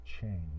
change